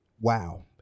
Wow